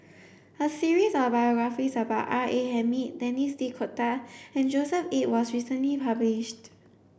a series of biographies about R A Hamid Denis D'Cotta and Joshua Ip was recently published